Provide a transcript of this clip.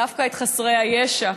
דווקא את חסרי הישע,